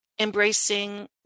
embracing